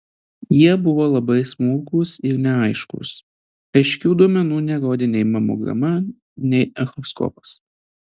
jie buvo labai smulkūs ir neaiškūs aiškių duomenų nerodė nei mamograma nei echoskopas